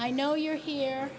i know you're here